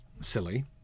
silly